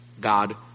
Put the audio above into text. God